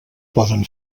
poden